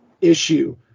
issue